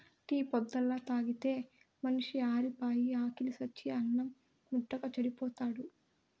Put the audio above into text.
tea పొద్దల్లా తాగితే మనిషి ఆరిపాయి, ఆకిలి సచ్చి అన్నిం ముట్టక చెడిపోతాడు